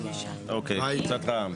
אוקי, קבוצת רע"מ.